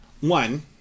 one